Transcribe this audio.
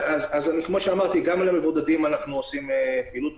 כמו שאמרתי, גם על מבודדים אנחנו עושים פעילות.